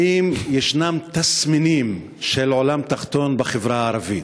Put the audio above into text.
האם יש תסמינים של עולם תחתון בחברה הערבית?